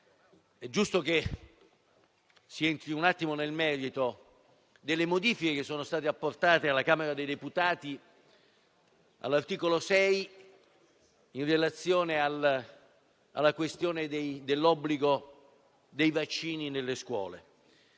È giusto che si entri nel merito delle modifiche apportate alla Camera dei deputati all'articolo 6 in relazione alla questione dell'obbligo dei vaccini nelle scuole.